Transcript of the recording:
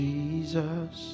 Jesus